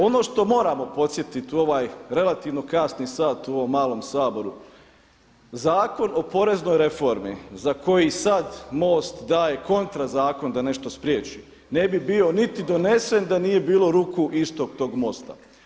Ono što moramo podsjetiti u ovaj relativno kasni sat u ovom malom Saboru, Zakon o poreznoj reformi za koji sad MOST daje kontra zakon da nešto spriječi ne bi bio niti donesen da nije bilo ruku istog tog MOST-a.